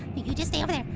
you just stay over there.